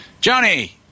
Johnny